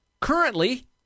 Currently